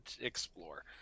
explore